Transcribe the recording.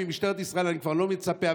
ממשטרת ישראל אני כבר לא מצפה,